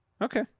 Okay